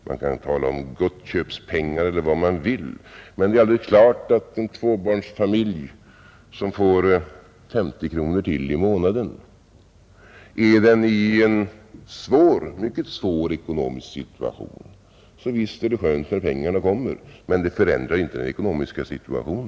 Man kan tala om gottköpspengar eller vad man vill, men det är alldeles klart att för en tvåbarnsfamilj som är i en mycket svår ekonomisk situation och får 50 kronor ytterligare i månaden är det skönt när pengarna kommer. Men det förändrar i stort inte familjens ekonomiska situation.